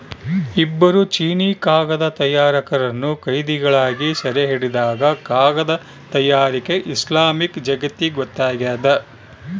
ಇಬ್ಬರು ಚೀನೀಕಾಗದ ತಯಾರಕರನ್ನು ಕೈದಿಗಳಾಗಿ ಸೆರೆಹಿಡಿದಾಗ ಕಾಗದ ತಯಾರಿಕೆ ಇಸ್ಲಾಮಿಕ್ ಜಗತ್ತಿಗೊತ್ತಾಗ್ಯದ